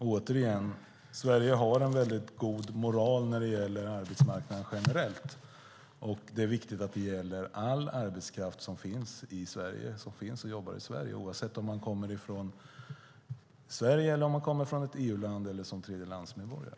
Återigen: Sverige har en väldigt god moral när det gäller arbetsmarknaden generellt, och det är viktigt att det gäller all arbetskraft som finns och jobbar i Sverige, oavsett om man kommer från Sverige, från ett EU-land eller är tredjelandsmedborgare.